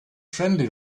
friendly